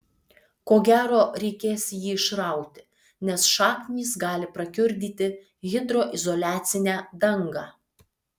ko gero reikės jį išrauti nes šaknys gali prakiurdyti hidroizoliacinę dangą